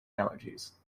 allergies